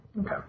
Okay